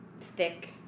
thick